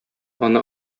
аны